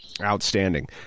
Outstanding